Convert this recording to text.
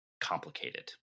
complicated